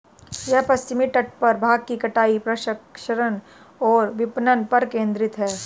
यह पश्चिमी तट पर भांग की कटाई, प्रसंस्करण और विपणन पर केंद्रित है